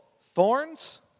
thorns